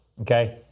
Okay